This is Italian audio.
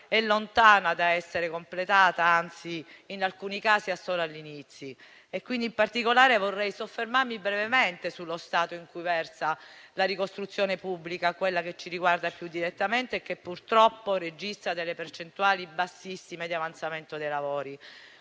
è lontana dall'essere completata, anzi, in alcuni casi è solo all'inizio. In particolare, vorrei soffermarmi brevemente sullo stato in cui versa la ricostruzione pubblica, quella che ci riguarda più direttamente e che purtroppo registra percentuali bassissime di avanzamento dei lavori.